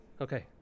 Okay